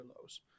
lows